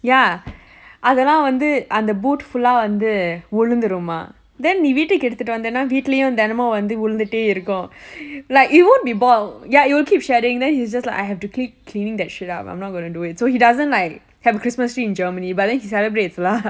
ya அதெல்லாம் வந்து அந்த:athellam vanthu antha boot full ah விழுந்துருமா:vizhunthuruma then நீ வீட்டுக்கு எடுத்துட்டு வந்தென்னா வீட்டுலேயும் தெனமும் அது விழுந்துட்டே இருக்கும்:nee veetukku eduthuttu vanthenna veettuleiyum thenamum athu vizhunthutte irukkum like it won't be bald ya it will keep shedding then he's just like I have to keep cleaning that shit up I'm not going to do it so he doesn't like have a christmas tree in germany but then he celebrates lah